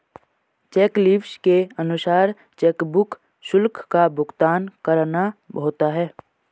check leaves के अनुसार chequebook शुल्क का भुगतान करना होता है